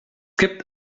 gibt